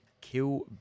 kill